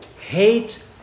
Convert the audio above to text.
hate